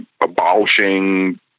abolishing